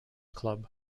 club